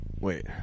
wait